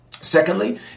Secondly